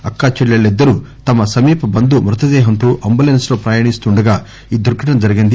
అక్కాచెల్లెల్లిద్దరూ తమ సమీప బంధువు మృతదేహంతో అంబులెస్స్ లో ప్రయాణిస్తుండగా ఈ దుర్ఘటన జరిగింది